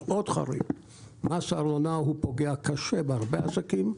מס הארנונה פוגע קשות בהרבה עסקים: